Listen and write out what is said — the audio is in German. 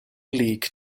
league